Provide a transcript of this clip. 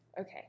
Okay